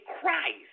Christ